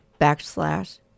backslash